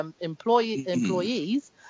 employees